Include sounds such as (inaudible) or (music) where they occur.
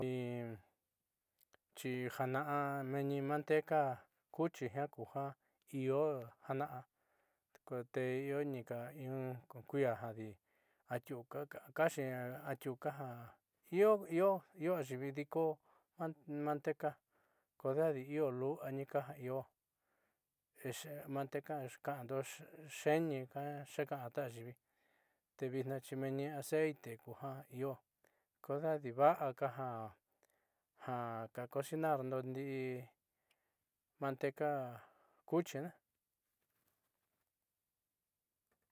(hesitation) chijana'a meeni manteca cuchi jiaa kuja io jaana'a te ionika kuja jadi atiuka ka kaxi atiuka ju io io ayiivi ju diko manteca ko dejadi io lu'ua nika ja io manteca xeeni yuukaan ta ayiivi te vitnaaxi meeni aceite kuja io kodejadi va'aka ja cosinarndo ndi'i manteca cuchi ne.